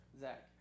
Zach